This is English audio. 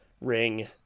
ring